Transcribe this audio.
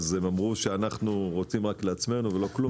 שאנחנו רוצים רק לעצמנו ולא כלום.